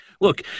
look